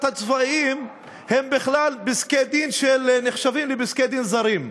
הצבאיים הם בכלל פסקי-דין שנחשבים לפסקי-דין זרים.